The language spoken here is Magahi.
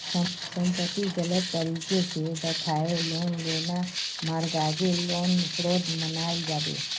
संपत्तिक गलत तरीके से दखाएँ लोन लेना मर्गागे लोन फ्रॉड मनाल जाबे